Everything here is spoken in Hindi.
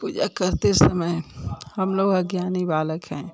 पूजा करते समय हम लोग अज्ञानी बालक हैं